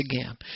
again